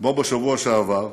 כמו בשבוע שעבר,